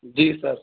جی سر